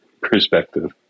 perspective